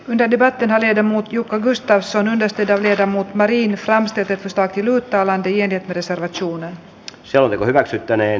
yhdentyvät hirmut jukka gustafsson muistetaan että muut määriin framstetetusta kiduttavan pienet perässä ratsuna se selonteko hyväksyttiin